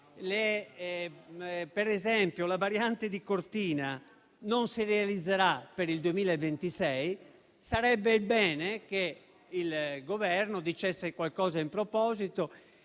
che la variante di Cortina non si realizzerà per il 2026, sarebbe bene che il Governo dicesse qualcosa in proposito,